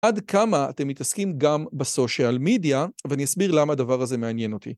עד כמה אתם מתעסקים גם בסושיאל מדיה, ואני אסביר למה הדבר הזה מעניין אותי.